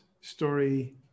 story